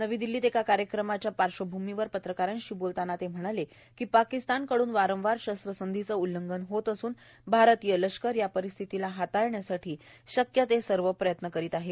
नवी दिल्लीत एका कार्यक्रमाच्या पार्श्वभूमीवर पत्रकारांशी बोलताना ते म्हणालेए की पाकिस्तान कडून वारंवार शस्त्रसंधीचं उल्लंघन होत असूनए भारतीय लष्कर या परिस्थितीला हाताळण्यासाठी शक्य ते सर्व प्रयत्न करीत आहे